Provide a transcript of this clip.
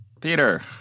Peter